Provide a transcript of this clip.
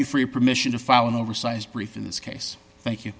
you for your permission to file an oversized brief in this case thank you